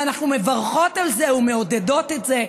ואנחנו מברכות על זה ומעודדות את זה,